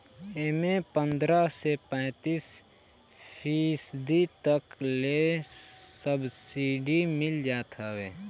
एमे पन्द्रह से पैंतीस फीसदी तक ले सब्सिडी मिल जात हवे